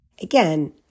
Again